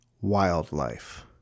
wildlife